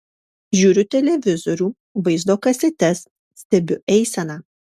žiūriu televizorių vaizdo kasetes stebiu eiseną